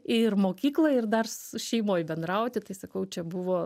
ir mokyklą ir dar su šeimoj bendrauti tai sakau čia buvo